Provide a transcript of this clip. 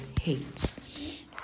hates